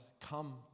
come